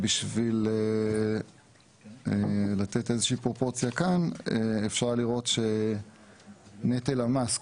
בשביל לתת כאן איזושהי פרופורציה: אפשר לראות שנטל המס,